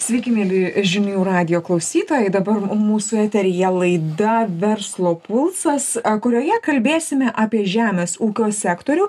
sveiki mieli žinių radijo klausytojai dabar mūsų eteryje laida verslo pulsas kurioje kalbėsime apie žemės ūkio sektorių